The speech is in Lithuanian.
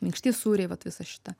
minkšti sūriai vat visa šita